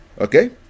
Okay